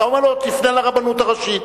אתה אומר לו: תפנה אל הרבנות הראשית.